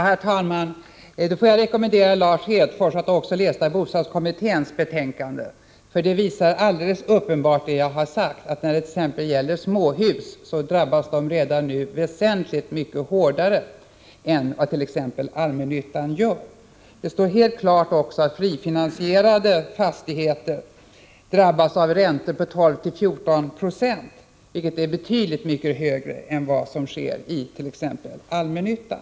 Herr talman! Då får jag rekommendera Lars Hedfors att också läsa bostadskommitténs betänkande. Det visar alldeles uppenbart att det förhåller sig som jag har sagt, nämligen att exempelvis småhus redan nu drabbas väsentligt mycket hårdare än vad t.ex. allmännyttans flerbostadshus gör. Det står vidare helt klart att frifinansierade fastigheter drabbas av räntor på 12-14 9, vilket är betydligt mycket högre än räntorna på allmännyttans fastigheter.